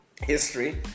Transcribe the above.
history